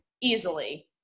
easily